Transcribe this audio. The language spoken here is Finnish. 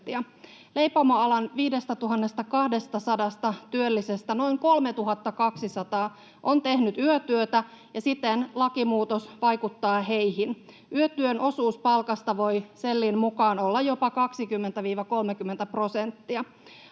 Leipomoalan 5 200 työllisestä noin 3 200 on tehnyt yötyötä, ja siten lakimuutos vaikuttaa heihin. Yötyön osuus palkasta voi SELin mukaan olla jopa 20—30 prosenttia.